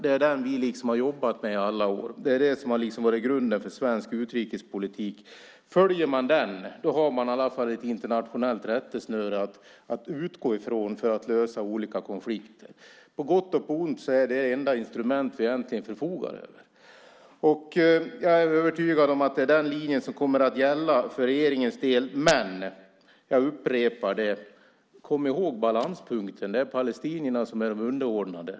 Det är den vi har jobbat med i alla år. Det har varit grunden för svensk utrikespolitik. Följer man den har man i alla fall ett internationellt rättesnöre att utgå ifrån för att lösa olika konflikter. På gott och ont är detta det enda instrument vi egentligen förfogar över. Jag är övertygad om att det är den linjen som kommer att gälla för regeringens del, men jag upprepar: Kom ihåg balanspunkten! Det är palestinierna som är underordnade.